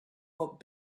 but